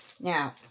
Now